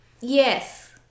yes